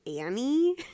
Annie